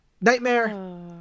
Nightmare